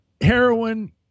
heroin